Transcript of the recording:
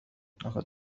لقد